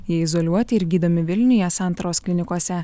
jie izoliuoti ir gydomi vilniuje santaros klinikose